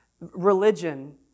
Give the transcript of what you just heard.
religion